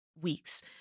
weeks